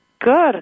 Good